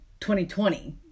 2020